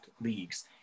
leagues